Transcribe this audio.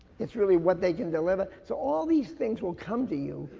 it's really what they can deliver. so all these things will come to you,